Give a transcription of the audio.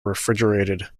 refrigerated